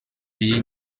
iyi